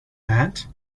that